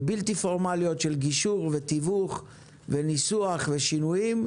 בלתי פורמליות של גישור, תיווך, ניסוח ושינויים,